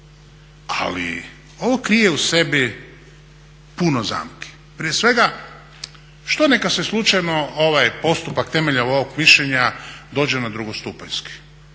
Ali ovo krije u sebi puno zamki, prije svega što neka se slučajno ovaj postupak temeljem ovog mišljenja dođe na drugostupanjski,